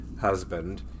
husband